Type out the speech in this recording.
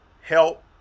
Help